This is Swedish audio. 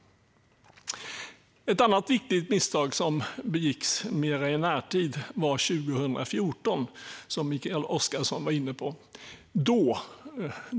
Ett annat viktigt misstag begicks mer i närtid, år 2014, vilket Mikael Oscarsson var inne på.